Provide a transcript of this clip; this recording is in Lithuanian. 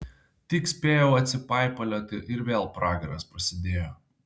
tik spėjau atsipaipalioti ir vėl pragaras prasidėjo